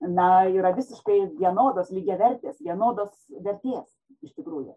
na yra visiškai vienodos lygiavertės vienodos vertės iš tikrųjų